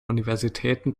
universitäten